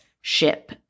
ship